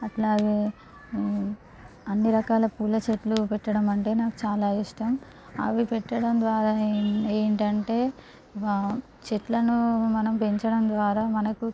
అట్లాగే అన్నీ రకాల పూల చెట్లు పెట్టడం అంటే నాకు చాలా ఇష్టం అవి పెట్టడం ద్వారా ఏంటంటే బా చెట్లను మనం పెంచడం ద్వారా మనకు